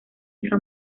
hija